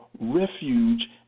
refuge